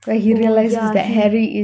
oh yeah he